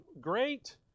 great